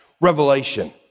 revelation